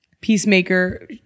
peacemaker